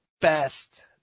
best